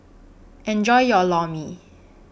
Enjoy your Lor Mee